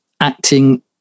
acting